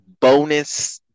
bonus